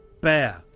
Bear